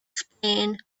spain